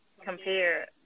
compare